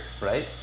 Right